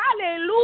Hallelujah